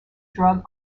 drug